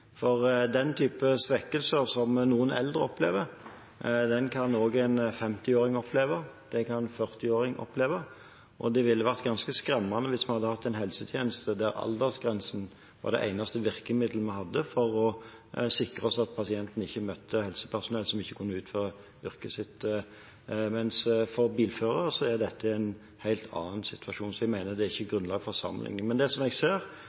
For den type svekkelser som noen eldre opplever, kan også en 50-åring og en 40-åring oppleve, og det ville vært ganske skremmende hvis vi hadde hatt en helsetjeneste der aldersgrensen var det eneste virkemiddelet vi hadde for å sikre oss at pasienten ikke møtte helsepersonell som ikke kunne utføre yrket sitt. For bilførere er dette en helt annen situasjon, så jeg mener at det ikke er grunnlag for sammenligning. Men det som jeg ser,